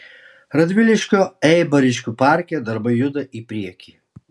radviliškio eibariškių parke darbai juda į priekį